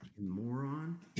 Moron